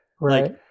right